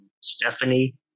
Stephanie